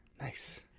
nice